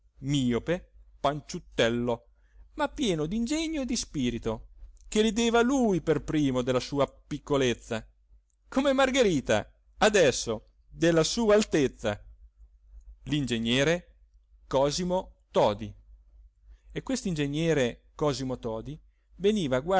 miope panciutello ma pieno d'ingegno e di spirito che rideva lui per primo della sua piccolezza come margherita adesso della sua altezza l'ingegnere cosimo todi e quest'ingegnere cosimo todi veniva